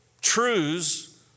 truths